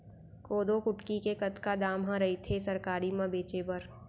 कोदो कुटकी के कतका दाम ह रइथे सरकारी म बेचे बर?